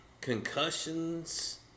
concussions